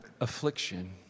affliction